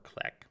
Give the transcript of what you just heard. click